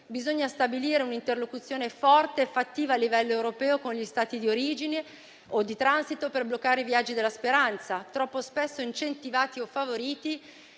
bisogna stabilire un'interlocuzione forte e fattiva a livello europeo con gli Stati di origine o di transito per bloccare i viaggi della speranza, troppo spesso incentivati o favoriti,